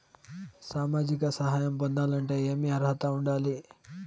సామాజిక సహాయం పొందాలంటే ఏమి అర్హత ఉండాలి?